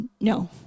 No